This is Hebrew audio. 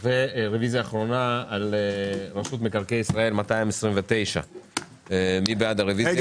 229 רשות מקרקעי ישראל, מי נגד?